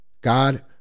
God